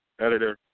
editor